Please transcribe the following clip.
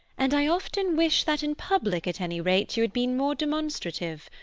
and i often wish that in public, at any rate, you had been more demonstrative.